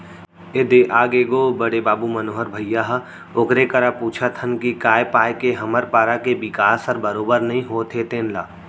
ए दे आगे गो बड़े बाबू मनोहर भइया ह ओकरे करा पूछत हन के काय पाय के हमर पारा के बिकास हर बरोबर नइ होत हे तेन ल